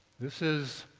this is,